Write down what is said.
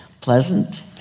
pleasant